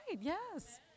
yes